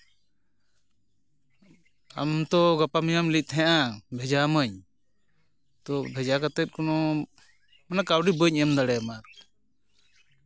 ᱟᱢ ᱛᱚ ᱜᱟᱯᱟ ᱢᱮᱭᱟᱝᱮᱢ ᱞᱟᱹᱭᱮᱫ ᱛᱟᱦᱮᱱᱟᱟ ᱵᱷᱮᱡᱟᱣᱟᱢᱟᱹᱧ ᱛᱚ ᱵᱷᱮᱫᱟ ᱠᱟᱛᱮ ᱠᱚᱱᱳ ᱢᱟᱱᱮ ᱠᱟᱹᱣᱰᱤ ᱵᱟᱹᱧ ᱮᱢ ᱫᱟᱲᱮᱭᱟᱢᱟ ᱟᱨᱠᱤ